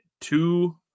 two